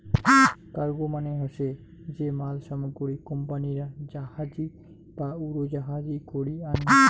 cargo মানে হসে যে মাল সামগ্রী কোম্পানিরা জাহাজী বা উড়োজাহাজী করি আনি